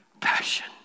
passion